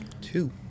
Two